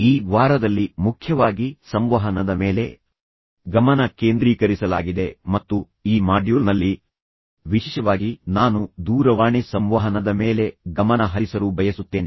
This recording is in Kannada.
ಈ ವಾರದಲ್ಲಿ ಮುಖ್ಯವಾಗಿ ಸಂವಹನದ ಮೇಲೆ ಗಮನ ಕೇಂದ್ರೀಕರಿಸಲಾಗಿದೆ ಮತ್ತು ಈ ಮಾಡ್ಯೂಲ್ ನಲ್ಲಿ ವಿಶೇಷವಾಗಿ ನಾನು ದೂರವಾಣಿ ಸಂವಹನದ ಮೇಲೆ ಗಮನ ಹರಿಸಲು ಬಯಸುತ್ತೇನೆ